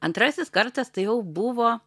antrasis kartas tai jau buvo